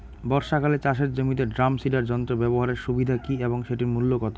বর্ষাকালে চাষের জমিতে ড্রাম সিডার যন্ত্র ব্যবহারের সুবিধা কী এবং সেটির মূল্য কত?